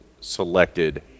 selected